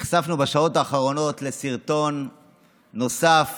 נחשפנו בשעות האחרונות לסרטון נוסף